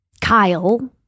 Kyle